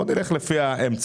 אלא בואו נלך לפי האמצע,